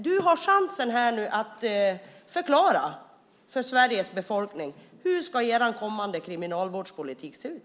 Du har nu chansen att förklara för Sveriges befolkning hur er kommande kriminalvårdspolitik ser ut.